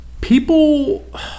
People